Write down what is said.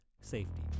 safety